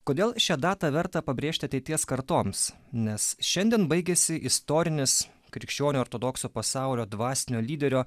kodėl šią datą verta pabrėžti ateities kartoms nes šiandien baigiasi istorinis krikščionių ortodoksų pasaulio dvasinio lyderio